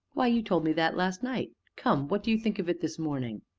why, you told me that last night come, what do you think of it this morning?